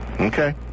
Okay